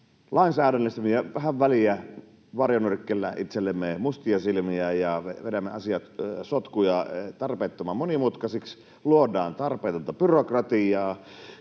lainsäädännössä me vähän väliä varjonyrkkeillään itsellemme mustia silmiä, vedämme asiat sotkuun ja tarpeettoman monimutkaisiksi ja luodaan tarpeetonta byrokratiaa,